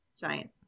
giant